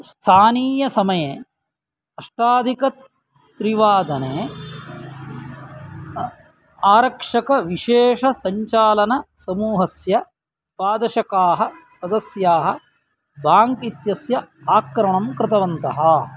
स्थानीयसमये अष्टाधिकत्रिवादने आरक्षकविशेषसञ्चालनसमूहस्य द्वादशकाः सदस्याः बाङ्क् इत्यस्य आक्रमणं कृतवन्तः